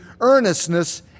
earnestness